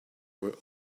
were